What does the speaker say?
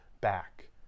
back